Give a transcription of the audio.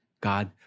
God